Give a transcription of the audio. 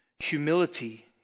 Humility